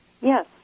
Yes